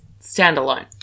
standalone